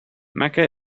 mecca